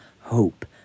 hope